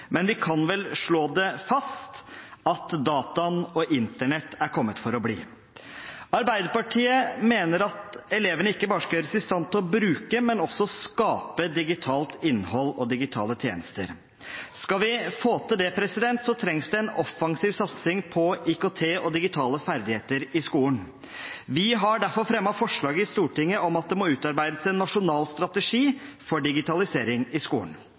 men vi kan vel slå fast at dataen og Internett er kommet for å bli. Arbeiderpartiet mener at elevene ikke bare skal gjøres i stand til å bruke, men også skape digitalt innhold og digitale tjenester. Skal vi få til det, trengs det en offensiv satsing på IKT og digitale ferdigheter i skolen. Vi har derfor fremmet forslag i Stortinget om at det må utarbeides en nasjonal strategi for digitalisering i skolen.